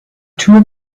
tour